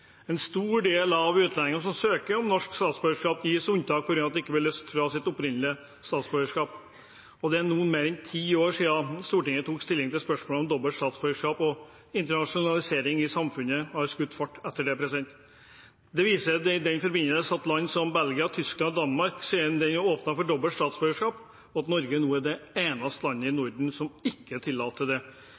En stor andel av utlendingene som søker om norsk statsborgerskap, gis unntak på grunn av at de ikke blir løst fra sitt opprinnelige statsborgerskap. Det er nå mer enn ti år siden Stortinget tok stilling til spørsmålet om dobbelt statsborgerskap, og internasjonaliseringen i samfunnet har skutt fart etter det. Det vises i den forbindelse til at land som Belgia, Tyskland og Danmark siden den gang har åpnet for dobbelt statsborgerskap, og at Norge nå er det eneste landet i Norden som ikke tillater det.